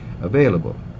available